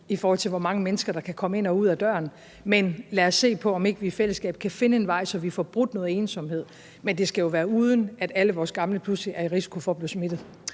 i forhold til, hvor mange mennesker der kan komme ind og ud ad døren. Men lad os se på, om ikke vi i fællesskab kan finde en vej, så vi får brudt noget ensomhed. Men det skal jo være, uden at alle vores gamle pludselig er i risiko for at blive smittet.